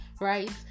right